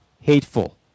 hateful